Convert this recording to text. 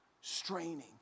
straining